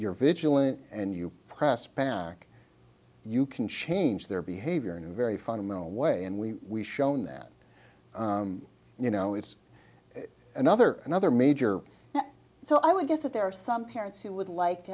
you're vigilant and you press pack you can change their behavior in a very fundamental way and we shown that you know it's another another major so i would guess that there are some parents who would like to